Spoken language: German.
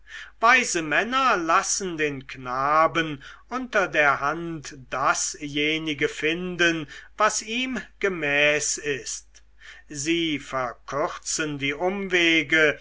weise männer lassen den knaben unter der hand dasjenige finden was ihm gemäß ist sie verkürzen die umwege